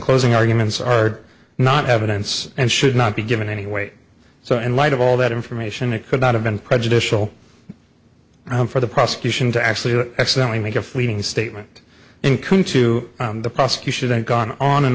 closing arguments are not evidence and should not be given any weight so in light of all that information it could not have been prejudicial for the prosecution to actually accidentally make a fleeting statement income to the prosecution had gone on and